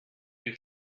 you